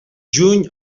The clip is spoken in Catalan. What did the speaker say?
juny